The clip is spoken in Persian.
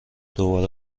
دوباره